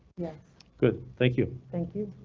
yes, good thank you, thank you.